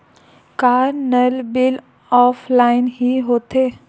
का नल bill offline हि होथे?